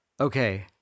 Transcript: Okay